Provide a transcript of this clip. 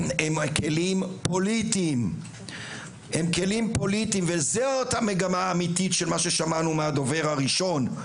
הם כלים פוליטיים וזאת המגמה האמיתית של מה ששמענו מהדובר הראשון.